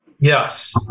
yes